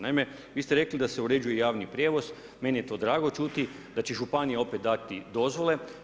Naime, vi ste rekli da se uređuje javni prijevoz, meni je to drago čuti, da će županija opet dati dozvole.